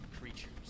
creatures